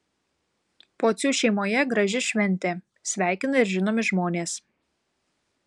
pocių šeimoje graži šventė sveikina ir žinomi žmonės